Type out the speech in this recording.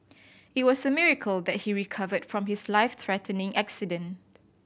it was a miracle that he recovered from his life threatening accident